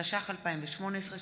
התשע"ח 2018,